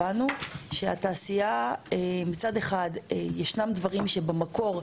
הבנו שהתעשייה מצד אחד ישנם דברים שבמקור,